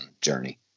journey